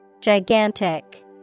Gigantic